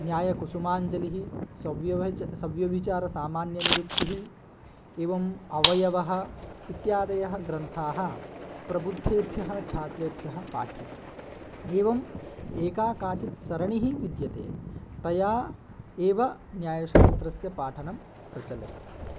न्यायकुसुमाञ्जलिः सव्यहिच सव्यभिचारसामान्यनिरुक्तिः एवम् अवयवः इत्यादयः ग्रन्थाः प्रबुद्धेभ्यः छात्रेभ्यः पाठ्यते एवं एका काचित् सरणिः विद्यते तया एव न्यायशास्त्रस्य पाठनं प्रचलति